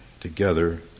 together